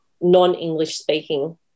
non-English-speaking